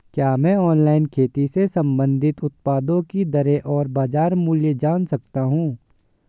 क्या मैं ऑनलाइन खेती से संबंधित उत्पादों की दरें और बाज़ार मूल्य जान सकता हूँ?